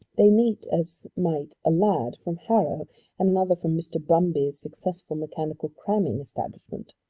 they meet as might a lad from harrow and another from mr. brumby's successful mechanical cramming establishment.